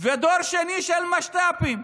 ודור שני של משת"פים.